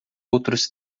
outros